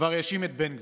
כבר האשים את בן גביר,